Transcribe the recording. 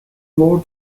word